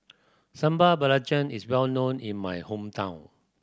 Sambal Belacan is well known in my hometown